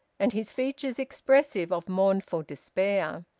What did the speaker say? and his features expressive of mournful despair,